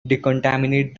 decontaminate